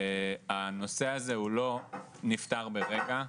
הנושא הזה הוא לא נפתר ברגע,